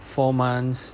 four months